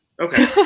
Okay